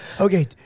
Okay